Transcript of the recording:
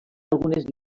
algunes